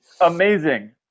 amazing